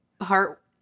heart